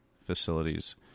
facilities